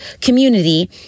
community